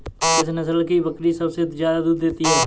किस नस्ल की बकरी सबसे ज्यादा दूध देती है?